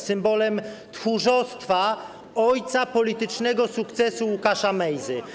Symbolem tchórzostwa ojca politycznego sukcesu Łukasza Mejzy.